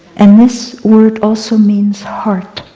and this word also means heart.